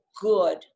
good